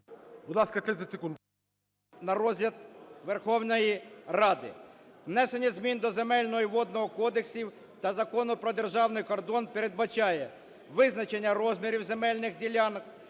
на розгляд Верховної Ради. Внесення змін до Земельного і Водного кодексів та Закону про державний кордон передбачає визначення розмірів земельних ділянок,